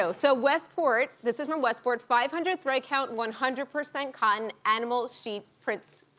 so so westport, this is from westport, five hundred thread count, one hundred percent cotton animal sheet prints.